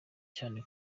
cyane